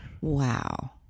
Wow